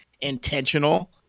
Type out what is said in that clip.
intentional